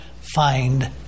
find